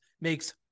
makes